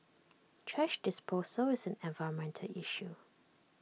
thrash disposal is an environmental issue